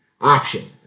option